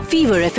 Fever